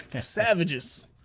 Savages